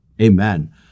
amen